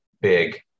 big